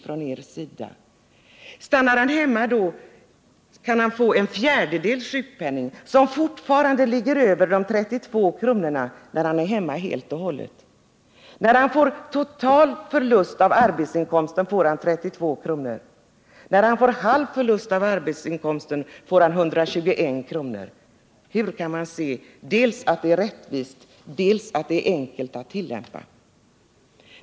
Stannar han hemma två timmar per dag kan han få en fjärdedels sjukpenning, vilket fortfarande ligger över de 32 kr. som han får om han är hemma helt och hållet. När förlusten av arbetsinkomsten är total får han 32 kr. per dag. När han får halv förlust av arbetsinkomsten får han 121 kr. Hur kan man anse dels att det är rättvist, dels att systemet är enkelt att tillämpa?